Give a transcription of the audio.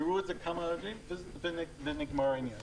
יראו את זה כמה ימים ובזה נגמר העניין.